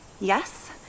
yes